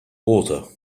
water